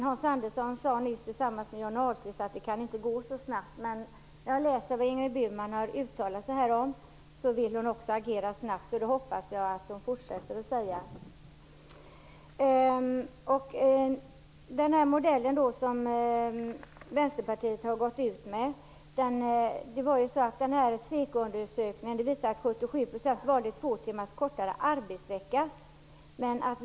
Hans Andersson och Johnny Ahlqvist sade nyss att det inte kan gå så fort, men jag hoppas att Ingrid Burman håller fast vid att man skall agera snabbt. Vad gäller den modell som Vänsterpartiet har gått ut med vill jag peka på att SEKO-undersökningen visade att 77 % valde två timmar kortare arbetsvecka.